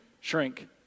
shrink